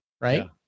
right